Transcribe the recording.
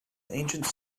ancient